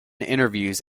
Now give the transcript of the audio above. interviews